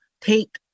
take